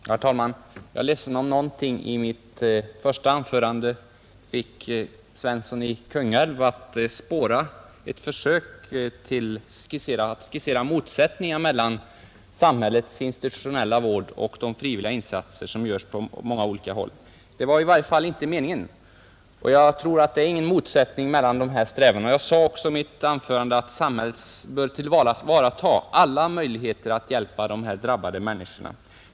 Herr talman! Jag är ledsen om någonting i mitt första anförande fick herr Svensson i Kungälv att spåra ett försök till att skissera motsättningar mellan samhällets institutionella vård och de frivilliga insatser som görs på många olika håll. Det var i alla fall inte meningen. Jag tror att det inte råder någon motsättning mellan dessa strävanden. Jag sade också i mitt anförande att samhället bör tillvarataga alla möjligheter att hjälpa dessa drabbade människor.